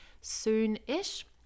soon-ish